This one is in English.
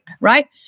right